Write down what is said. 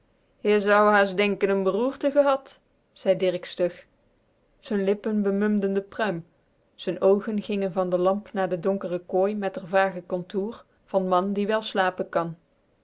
je zou haast denke n beroerte gehad zei dirk stug z'n lippen bemumden de pruim z'n oogen gingen van de lamp naar de donkere kooi met r vage kontoer van man die wel slapen kan